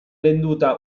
venduta